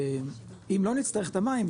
אם לא נצטרך את המים,